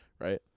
right